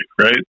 Right